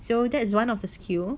so that is one of the skill